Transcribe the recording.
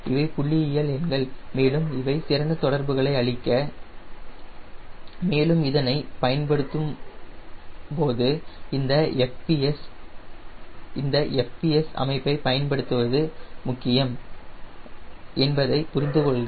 இவை புள்ளியியல் எண்கள் மற்றும் இவை சிறந்த தொடர்புகளை அளிக்க மேலும் இதனைப் பயன்படுத்தும் போது இந்த FPS இந்த FPS அமைப்பை பயன்படுத்துவது முக்கியம் என்பதை புரிந்து கொள்க